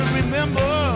remember